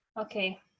Okay